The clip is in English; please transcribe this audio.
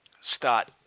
start